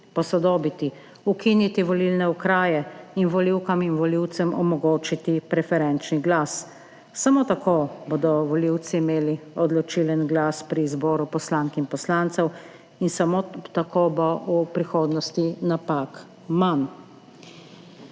posodobiti, ukiniti volilne okraje in volivkam in volivcem omogočiti preferenčni glas. Samo tako bodo volivci imeli odločilen glas pri izboru poslank in poslancev in samo tako bo v prihodnosti napak manj.